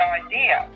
idea